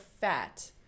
fat